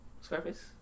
Scarface